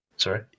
Sorry